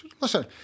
Listen